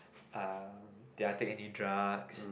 uh did I take any drugs